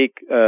take